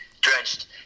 drenched